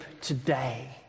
today